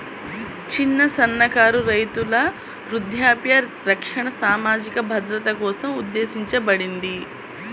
చిన్న, సన్నకారు రైతుల వృద్ధాప్య రక్షణ సామాజిక భద్రత కోసం ఉద్దేశించబడింది